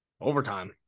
Overtime